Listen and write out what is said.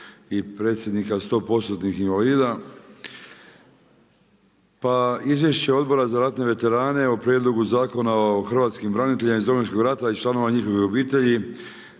i predsjednika stopostotnih invalida. Pa izvješće Odbora za ratne veterane o prijedlogu Zakona o hrvatskim braniteljima iz Domovinskog rata i članova njihovih obitelji